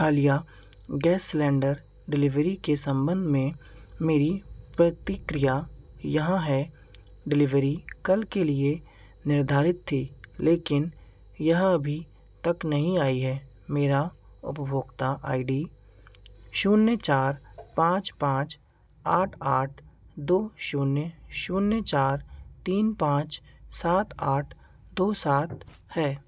हालिया gas cylinder delivery के संबंध में मेरी प्रतिक्रिया यहाँ है डिलीवरी कल के लिए निर्धारित थी लेकिन यह अभी तक नहीं आई है मेरा उपभोक्ता आई डी शून्य चार पाँच पाँच आठ आठ दो शून्य शून्य चार तीन पाँच सात आठ दो सात है